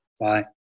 Bye